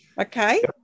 Okay